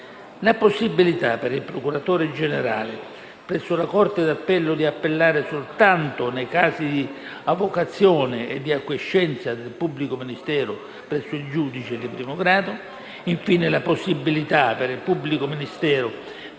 alla possibilità, per il procuratore generale presso la corte di appello, di appellare soltanto nei casi di avocazione e di acquiescenza del pubblico ministero presso il giudice di primo grado; infine alla possibilità, per il pubblico ministero,